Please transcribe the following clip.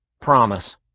Promise